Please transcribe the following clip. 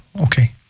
Okay